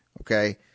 okay